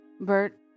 bert